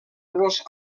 los